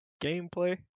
gameplay